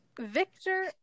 Victor